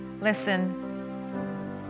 Listen